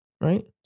Right